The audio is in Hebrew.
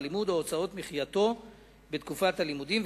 הלימוד או הוצאות מחייתו בתקופת הלימודים,